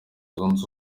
zunze